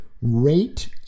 rate